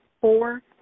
four